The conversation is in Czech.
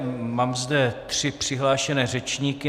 Mám zde tři přihlášené řečníky.